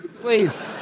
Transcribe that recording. Please